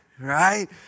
Right